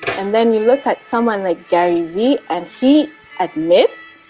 and then you look at someone like garyvee, and he admits,